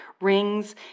rings